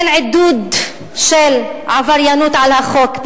אין "עידוד" של עבריינות על החוק,